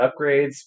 upgrades